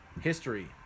history